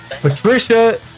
Patricia